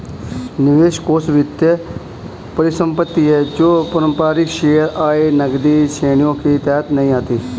निवेश कोष वित्तीय परिसंपत्ति है जो पारंपरिक शेयर, आय, नकदी श्रेणियों के तहत नहीं आती